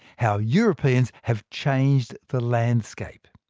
how europeans have changed the landscape.